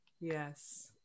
yes